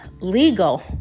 legal